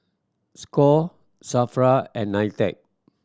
score SAFRA and NITEC